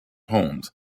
holmes